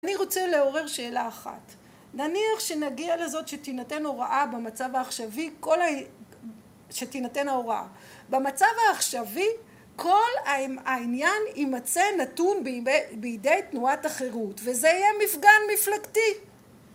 אני רוצה להורר שאלה אחת. נניח שנגיע לזאת שתינתן הוראה במצב העכשווי כל ה... שתינתן ההוראה. במצב העכשווי כל העניין יימצא נתון בידי תנועת החירות. וזה יהיה מפגן מפלגתי.